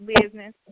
business